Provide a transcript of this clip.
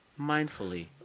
mindfully